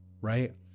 right